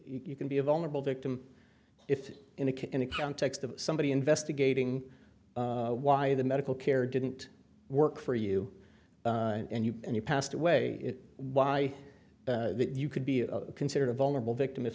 you can be a vulnerable victim if in a case in a context of somebody investigating why the medical care didn't work for you and you and you passed away why you could be considered a vulnerable victim if